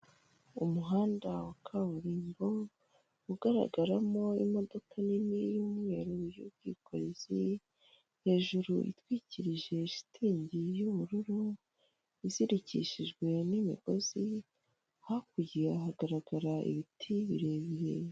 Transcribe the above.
Umuhanda wa kaburimbo ugaragaramo imodoka nini y'umweru y'ubwikorezi, hejuru itwikirije shitingi y'ubururu, izirikishijwe n'imigozi, hakurya hagaragara ibiti birebire.